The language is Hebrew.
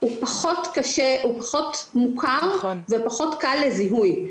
הוא פחות מוכר ופחות קל לזיהוי.